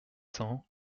cents